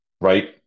right